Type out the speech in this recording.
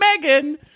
megan